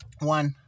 One